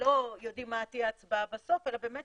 שלא יודעים מה תהיה ההצבעה בסוף אלא באמת